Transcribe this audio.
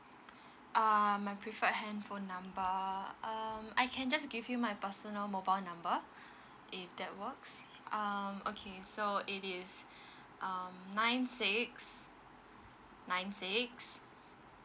err I preferred handphone number um I can just give you my personal mobile number if that works um okay so it is um nine six nine six